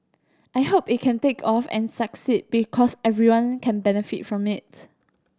I hope it can take off and succeed because everyone can benefit from it